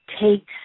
takes